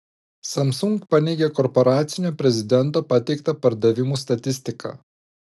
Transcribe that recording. samsung paneigė korporacinio prezidento pateiktą pardavimų statistiką